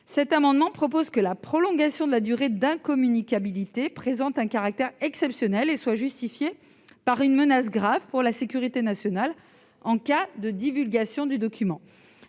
cet amendement vise à prévoir que la prolongation de la durée d'incommunicabilité doit avoir un caractère exceptionnel et être justifiée par une menace grave pour la sécurité nationale en cas de divulgation des documents.